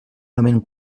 lament